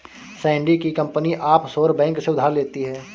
Sandy की company offshore bank से उधार लेती है